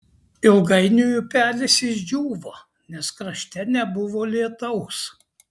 ilgainiui upelis išdžiūvo nes krašte nebuvo lietaus